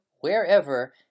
wherever